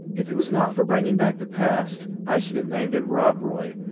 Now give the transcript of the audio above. if it was not for bringing back the past, i should have named him rob roy,